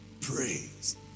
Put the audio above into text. Praise